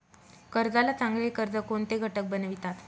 कर्जाला चांगले कर्ज कोणते घटक बनवितात?